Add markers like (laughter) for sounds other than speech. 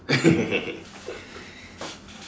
(laughs)